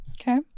Okay